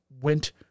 went